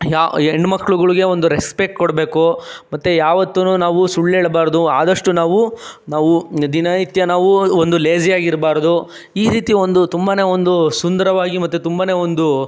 ಯಾ ಹೆಣ್ಮಕ್ಳುಗುಳ್ಗೆ ಒಂದು ರೆಸ್ಪೆಕ್ಟ್ ಕೊಡಬೇಕು ಮತ್ತೆ ಯಾವತ್ತೂ ನಾವು ಸುಳ್ಳು ಹೇಳ್ಬಾರ್ದು ಆದಷ್ಟು ನಾವು ನಾವು ದಿನ ನಿತ್ಯ ನಾವು ಒಂದು ಲೇಝಿ ಆಗಿರಬಾರ್ದು ಈ ರೀತಿ ಒಂದು ತುಂಬಾ ಒಂದು ಸುಂದರವಾಗಿ ಮತ್ತು ತುಂಬಾ ಒಂದು